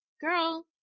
Girl